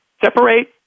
separate